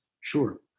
sure